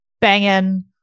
banging